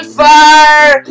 fire